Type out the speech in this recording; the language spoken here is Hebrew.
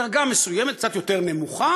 בדרגה מסוימת, קצת יותר נמוכה.